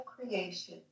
creation